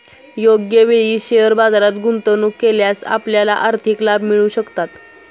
योग्य वेळी शेअर बाजारात गुंतवणूक केल्यास आपल्याला आर्थिक लाभ मिळू शकतात